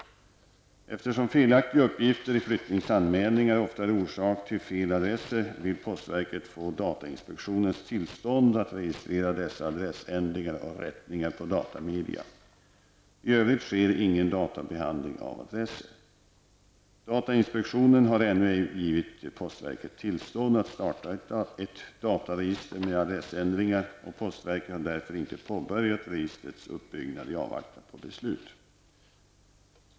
Eftersom felaktiga uppgifter i flyttningsanmälningar ofta är orsak till fel adresser, vill postverket få datainspektionens tillstånd att registrera dessa adressändringar och rättningar på datamedia. I övrigt sker ingen databehandling av adresser. Datainspektionen har ännu ej givit postverket tillstånd att starta ett dataregister med adressändringar, och postverket har därför inte påbörjat registrets uppbyggnad i avvaktan på beslut.